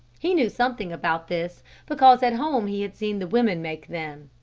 he knew something about this because at home he had seen the women make them.